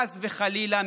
חס וחלילה,